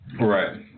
Right